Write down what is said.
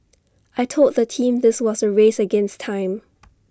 I Told the team this was A race against time